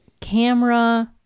camera